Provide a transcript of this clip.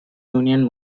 union